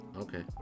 okay